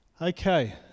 Okay